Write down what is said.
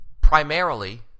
primarily